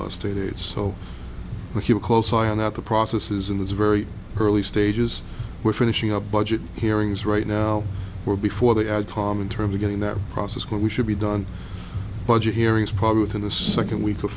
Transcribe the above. state so i keep a close eye on that the process is in this very early stages we're finishing up budget hearings right now we're before the ad hom in terms of getting that process going we should be done budget hearings probably within the second week of